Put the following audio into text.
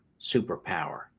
superpower